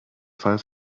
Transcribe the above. fall